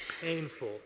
painful